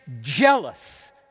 jealous